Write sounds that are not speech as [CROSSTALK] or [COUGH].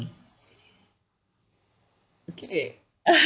okay [LAUGHS]